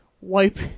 wipe